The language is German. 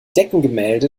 deckengemälde